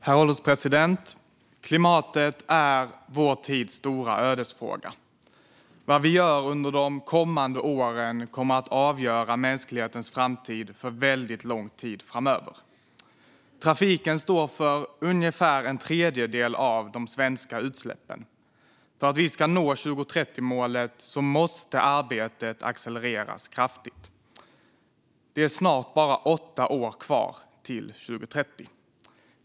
Herr ålderspresident! Klimatet är vår tids stora ödesfråga. Vad vi gör under de kommande åren kommer att avgöra mänsklighetens framtid för väldigt lång tid framöver. Trafiken står för ungefär en tredjedel av de svenska utsläppen. För att vi ska nå 2030-målet måste arbetet accelereras kraftigt. Det är snart bara åtta år kvar till 2030.